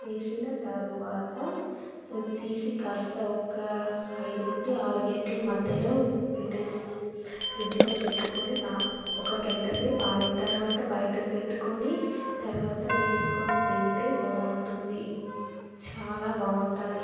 వేసిన తర్వాత తీసి కాస్త ఒక్క ఐదు నుండి ఆరు గంటల మధ్యలో పెట్టేసి ఫ్రిడ్జ్లో పెట్టుకొని ఒక గంట సేపు ఆరిన తర్వాత బయట పెట్టుకుని తర్వాత వేసుకుని తింటే బాగుంటుంది చాలా బావుంటాది